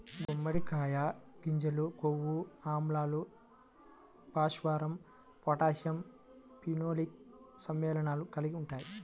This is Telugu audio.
గుమ్మడికాయ గింజలు కొవ్వు ఆమ్లాలు, భాస్వరం, పొటాషియం, ఫినోలిక్ సమ్మేళనాలు కలిగి ఉంటాయి